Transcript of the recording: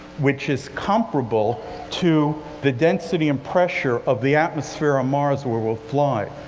which is comparable to the density and pressure of the atmosphere on mars where we'll fly.